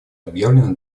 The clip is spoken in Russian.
объявлено